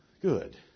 Good